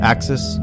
Axis